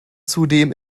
zudem